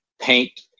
paint